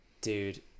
dude